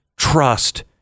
Trust